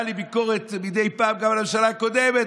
הייתה לי ביקורת מדי פעם גם על הממשלה הקודמת,